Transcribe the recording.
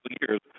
years